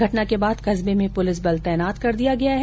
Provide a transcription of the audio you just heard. घटना के बाद कस्बे में प्रलिस बल तैनात कर दिया गया है